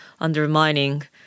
undermining